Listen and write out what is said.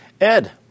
Ed